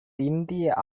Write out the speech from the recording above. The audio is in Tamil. இந்திய